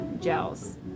gels